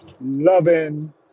loving